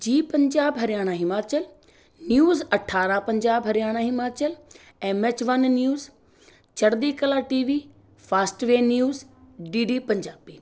ਜੀ ਪੰਜਾਬ ਹਰਿਆਣਾ ਹਿਮਾਚਲ ਨਿਊਜ਼ ਅਠਾਰ੍ਹਾਂ Punjab Haryana Himachal M H one news Chardi Kala T V Fastway news D D Punjabi